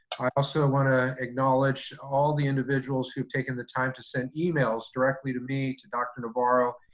i also want to acknowledge all the individuals who've taken the time to send emails directly to me, to dr. navarro,